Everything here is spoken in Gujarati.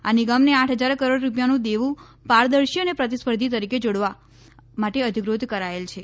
આ નિગમને આઠ હજાર કરોડ રૂપિયાનું દેવું દેવું પારદર્શી અને પ્રતિસ્પર્ધી તરીકે જોડવા માટે અધિકૃત કરાયેલ છે